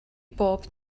bob